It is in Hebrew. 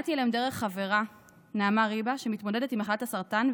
והגעתי אליהם דרך חברה שמתמודדת עם מחלת הסרטן,